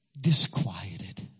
disquieted